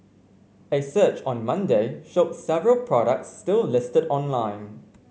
a search on Monday showed several products still listed online